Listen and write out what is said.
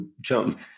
jump